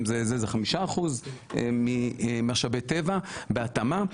5% ממשאבי טבע בהתאמה.